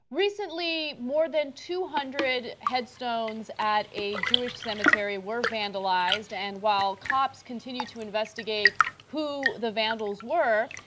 recently, more than two hundred headstones at a jewish cemetery were vandalized, and while cops continue to investigate who the vandals were,